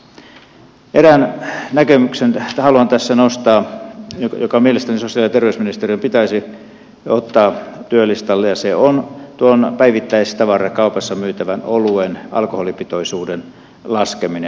haluan tässä nostaa erään näkemyksen joka mielestäni sosiaali ja terveysministeriön pitäisi ottaa työlistalle ja se on tuon päivittäistavarakaupassa myytävän oluen alkoholipitoisuuden laskeminen